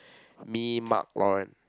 me Mark Roy